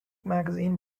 magazine